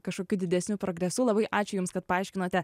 kažkokiu didesniu progresu labai ačiū jums kad paaiškinote